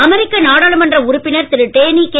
அமெரிக்க நாடாளுமன்ற உறுப்பினர் திரு டேனி கே